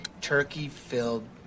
turkey-filled